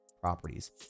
properties